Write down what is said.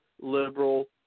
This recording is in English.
liberal